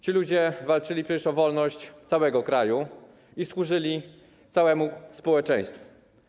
Ci ludzie walczyli przecież o wolność całego kraju i służyli całemu społeczeństwu.